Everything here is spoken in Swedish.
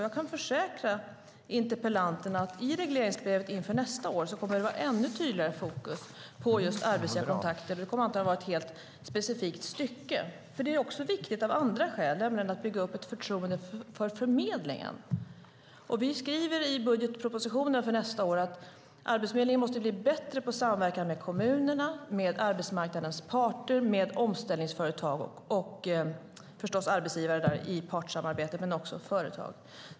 Jag kan försäkra interpellanten om att det i regleringsbrevet inför nästa år kommer att vara ett ännu tydligare fokus på just arbetsgivarkontakter. Det kommer antagligen att vara ett helt specifikt stycke. Det är viktigt också av andra skäl, nämligen för att bygga upp ett förtroende för förmedlingen. Vi skriver i budgetpropositionen för nästa år att Arbetsförmedlingen måste bli bättre på samverkan med kommunerna, med arbetsmarknadens parter, med omställningsföretag och förstås med arbetsgivare i partssamarbete men också med företag.